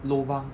lobang